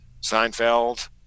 Seinfeld